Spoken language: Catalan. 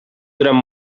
durant